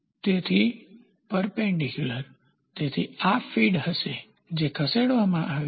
તેથી પરપેન્ડીક્યુલર તેથી આ ફીડ હશે જે ખસેડવામાં આવી છે